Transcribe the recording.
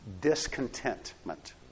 discontentment